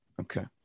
Okay